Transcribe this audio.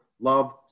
love